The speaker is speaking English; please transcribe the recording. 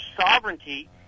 sovereignty